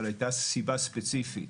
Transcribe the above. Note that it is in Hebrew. אבל הייתה סיבה ספציפית.